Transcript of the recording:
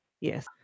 Yes